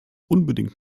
unbedingt